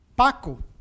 Paco